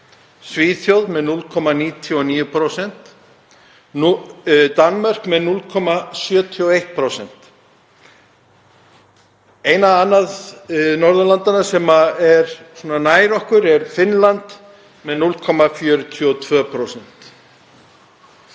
Svíþjóð með 0,99%, Danmörk með 0,71%. Eina Norðurlandaþjóðin sem er svona nær okkur er Finnland með 0,42%.